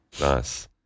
Nice